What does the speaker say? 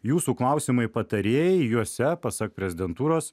jūsų klausimai patarėjai juose pasak prezidentūros